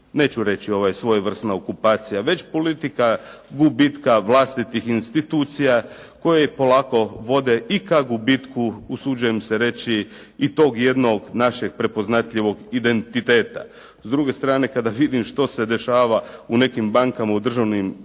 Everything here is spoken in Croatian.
neću reći svojevrsna okupacija, već politika gubitka vlastitih institucija koje polako vode i ka gubitku usuđujem se reći i tog jednog našeg prepoznatljivog identiteta. S druge strane kada vidim što se dešava u nekim bankama u državnom vlasništvu